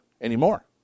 anymore